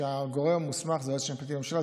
שהגורם המוסמך הוא היועץ המשפטי לממשלה.